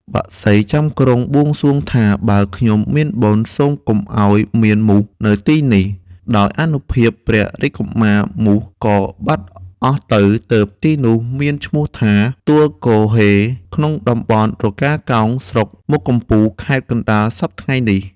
បក្សីចាំក្រុងបួងសួងថា "បើខ្ញុំ មានបុណ្យ សូមកុំឲ្យមានមូសនៅទីនេះ" ដោយអនុភាពព្រះរាជកុមារ មូសក៏បាត់អស់ទៅ ទើបទីនោះមានឈ្មោះថា "ទួលគហ៊េ" ក្នុងតំបន់រកាកោង ស្រុកមុខកំពូលខេត្តកណ្តាលសព្វថៃ្ងនេះ។